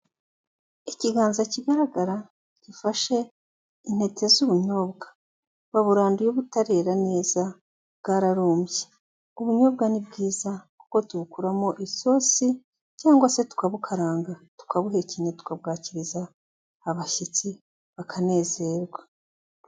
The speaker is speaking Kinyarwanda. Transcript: Ikiganza kigaragara gifashe intete z'ubunyobwa, baburanduye butarera neza bwararumbye, ubunyobwa ni bwiza kuko tubukuramo isosi cyangwa se tukabukaranga tukabuhekennye tukabwakiriza abashyitsi bakanezerwa.